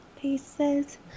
pieces